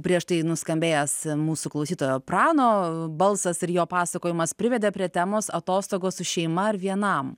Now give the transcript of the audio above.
prieš tai nuskambėjęs mūsų klausytojo prano balsas ir jo pasakojimas privedė prie temos atostogos su šeima ar vienam